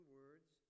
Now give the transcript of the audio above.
words